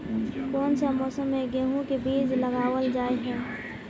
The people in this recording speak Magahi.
कोन सा मौसम में गेंहू के बीज लगावल जाय है